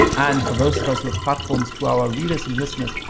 and for those of us who have platforms to our readers and listeners,